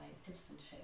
citizenship